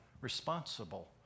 responsible